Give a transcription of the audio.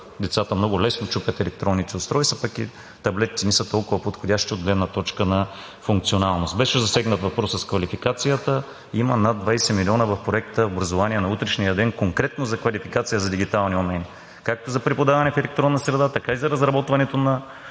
децата много лесно чупят електронните устройства, пък и таблетите не са толкова подходящи от гледна точка на функционалност. Беше засегнат въпросът с квалификацията. Има над 20 милиона в Проекта „Образование на утрешния ден“ конкретно за квалификация за дигитални умения както за преподаване в електронна среда, така и за разработването на